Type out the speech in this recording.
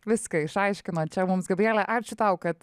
viską išaiškino čia mums gabrielė ačiū tau kad